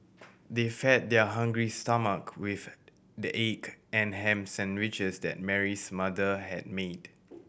they fed their hungry stomach with the egg and ham sandwiches that Mary's mother had made